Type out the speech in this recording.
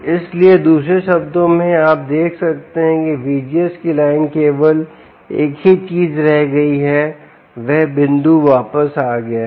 इसलिए दूसरे शब्दों में आप देख सकते हैं कि VGS की लाइन केवल एक ही चीज रह गई है वह बिंदु वापस आ गया है